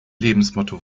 lebensmotto